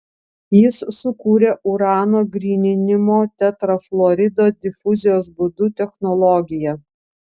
jis sukūrė urano gryninimo tetrafluorido difuzijos būdu technologiją